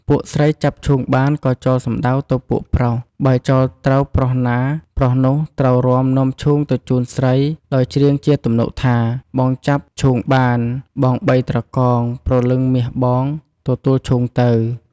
ពួកស្រីចាប់ឈូងបានក៏ចោលសំដៅទៅពួកប្រុស បើចោលត្រូវប្រុសណាប្រុសនោះ ត្រូវរាំនាំឈូងទៅជូនស្រីដោយច្រៀងជាទំនុកថា «បងចាប់ឈូងបាន បងបីត្រកង ព្រលឹងមាសបង ទទួលឈូងទៅ»។